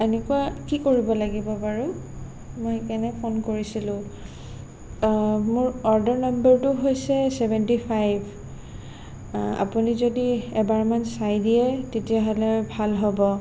এনেকুৱা কি কৰিব লাগিব বাৰু মই সেইকাৰণে ফোন কৰিছিলোঁ মোৰ অৰ্ডাৰ নাম্বাৰটো হৈছে চেভেনটি ফাইভ আ আপুনি যদি এবাৰমান চাই দিয়ে তেতিয়াহ'লে ভাল হ'ব